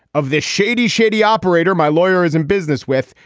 of this shady, shady operator my lawyer is in business with.